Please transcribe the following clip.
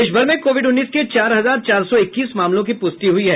देशभर में कोविड उन्नीस के चार हजार चार सौ इक्कीस मामलों की पुष्टि हुई है